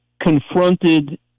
confronted